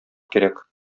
кирәк